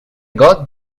got